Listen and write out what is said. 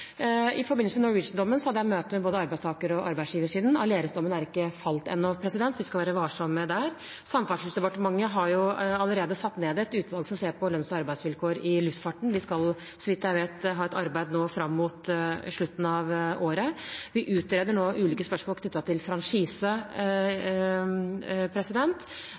I forbindelse med Norwegian-dommen hadde jeg møte med både arbeidstaker- og arbeidsgiversiden. Aleris-dommen er ikke falt ennå, så vi skal være varsomme der. Samferdselsdepartementet har allerede satt ned et utvalg som ser på lønns- og arbeidsvilkår i luftfarten. De skal, så vidt jeg vet, ha et arbeid nå fram mot slutten av året. Vi utreder nå ulike spørsmål knyttet til